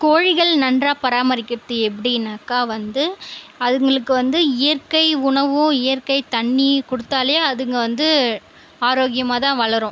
கோழிகள் நன்றாக பராமரிக்கிறது எப்படினாக்கா வந்து அதுங்களுக்கு வந்து இயற்கை உணவும் இயற்கை தண்ணி கொடுத்தாலே அதுங்க வந்து ஆரோக்கியமாக தான் வளரும்